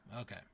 Okay